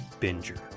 Binger